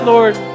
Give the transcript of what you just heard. Lord